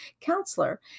counselor